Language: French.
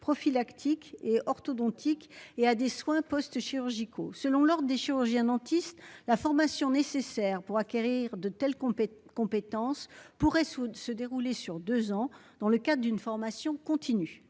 prophylactique et orthodontique, ainsi qu'à des soins post-chirurgicaux. Selon l'ordre des chirurgiens-dentistes, la formation nécessaire pour acquérir de telles compétences pourrait se dérouler en deux ans, dans le cadre d'une formation continue.